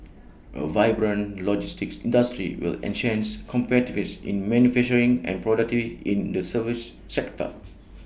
A vibrant logistics industry will enhance competitiveness in manufacturing and productivity in the service sector